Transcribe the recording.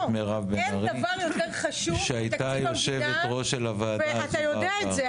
מירב בן ארי שהייתה יושבת-ראש של הוועדה הזו בעבר.